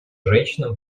женщинам